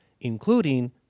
including